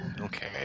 Okay